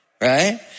right